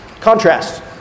contrast